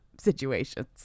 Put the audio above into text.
situations